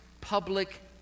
public